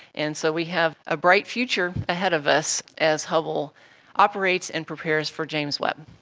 and so we have a bright future ahead of us as hubble operates and prepares for james webb.